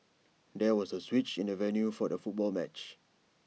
there was A switch in the venue for the football match